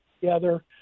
together